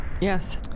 Yes